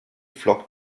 flockt